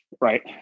Right